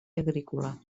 agrícola